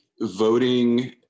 voting